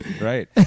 Right